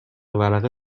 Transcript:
ورقه